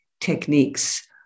techniques